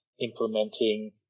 implementing